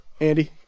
andy